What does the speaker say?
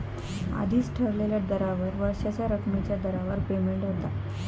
आधीच ठरलेल्या दरावर वर्षाच्या रकमेच्या दरावर पेमेंट होता